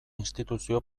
instituzio